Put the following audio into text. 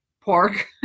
pork